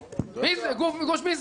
יוסף ובגוש משגב.